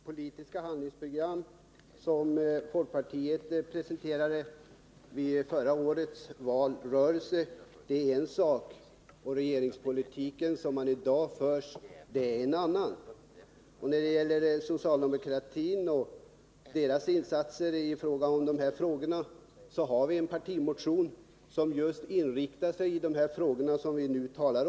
Herr talman! Politiska handlingsprogram som folkpartiet presenterade i samband med förra årets valrörelse är en sak, och den regeringspolitik som man för i dag är en annan. När det gäller socialdemokratin och dess insatser på det här området vill jag säga att vi har väckt en partimotion som är inriktad just på de frågor vi nu diskuterar.